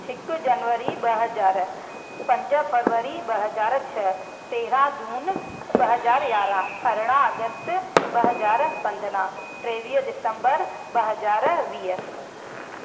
हिकु जनवरी ॿ हज़ार पंज फरवरी ॿ हज़ार छह तेरहं जून ॿ हज़ार यारहं अरिड़हं अगस्त ॿ हज़ार पंद्रहं टेवीह दिसंबर ॿ हज़ार वीह